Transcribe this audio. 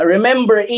Remember